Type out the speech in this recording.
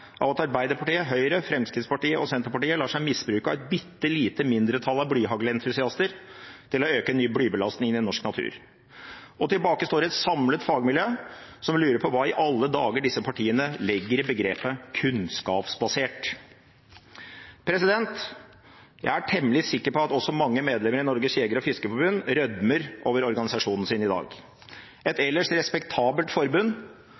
av at Arbeiderpartiet, Høyre, Fremskrittspartiet og Senterpartiet lar seg misbruke av et bitte lite mindretall av blyhaglentusiaster til å øke ny blybelastning i norsk natur. Tilbake står et samlet fagmiljø som lurer på hva i alle dager disse partiene legger i begrepet «kunnskapsbasert». Jeg er temmelig sikker på at også mange medlemmer i Norges Jeger- og Fiskerforbund rødmer over organisasjonen sin i dag. Et ellers respektabelt forbund